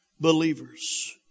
believers